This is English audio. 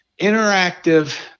interactive